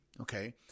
Okay